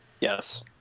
Yes